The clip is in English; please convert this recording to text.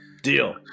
Deal